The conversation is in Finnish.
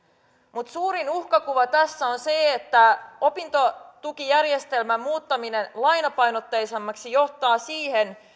mutta suurin uhkakuva tässä on se että opintotukijärjestelmän muuttaminen lainapainotteisemmaksi johtaa siihen